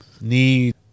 need